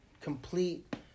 complete